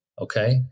Okay